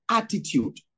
attitude